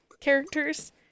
characters